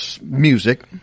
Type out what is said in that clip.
music